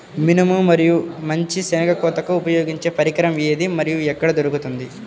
మినుము మరియు మంచి శెనగ కోతకు ఉపయోగించే పరికరం ఏది మరియు ఎక్కడ దొరుకుతుంది?